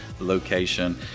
location